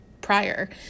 prior